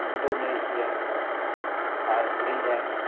Indonesia Greenland